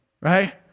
right